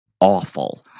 awful